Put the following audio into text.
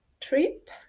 trip